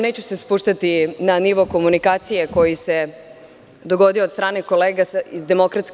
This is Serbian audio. Neću se spuštati na nivo komunikacije koji se dogodio od strane kolega iz DS.